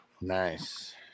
Nice